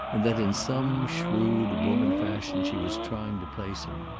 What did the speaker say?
and that, in some shrewd woman-fashion, she was trying to place him.